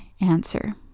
answer